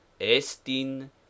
estin